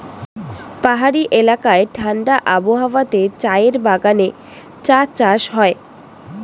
পাহাড়ি এলাকায় ঠাণ্ডা আবহাওয়াতে চায়ের বাগানে চা চাষ হয়